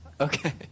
Okay